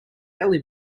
barely